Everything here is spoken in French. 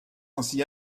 ainsi